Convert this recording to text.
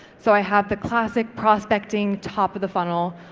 so i have the classic prospecting, top of the funnel,